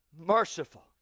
merciful